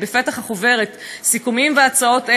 אני רוצה לחזור ולהודות ולקרוא כאן מפתח החוברת: "סיכומים והצעות אלה,